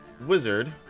wizard